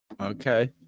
Okay